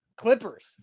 Clippers